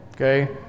Okay